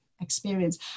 experience